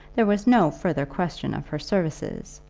there was no further question of her services,